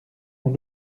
aux